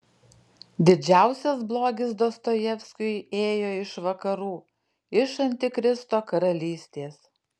didžiausias blogis dostojevskiui ėjo iš vakarų iš antikristo karalystės